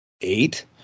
eight